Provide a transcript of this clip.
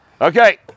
Okay